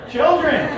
Children